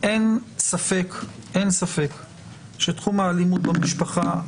אין ספק שתחום האלימות במשפחה,